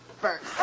first